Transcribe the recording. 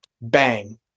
Bang